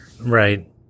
right